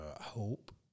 hope